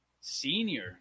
senior